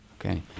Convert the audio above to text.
Okay